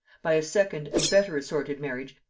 by a second and better-assorted marriage,